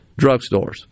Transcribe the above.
drugstores